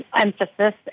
emphasis